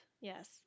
yes